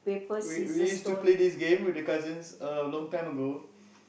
we we used to play this game with the cousins uh long time ago